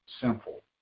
simple